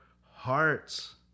hearts